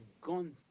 gone